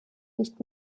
nicht